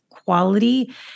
quality